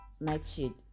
nightshade